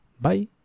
Bye